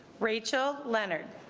rachel leonard